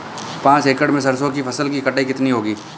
पांच एकड़ में सरसों की फसल की कटाई कितनी होगी?